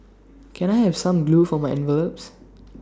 can I have some glue for my envelopes